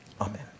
Amen